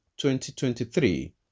2023